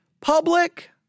public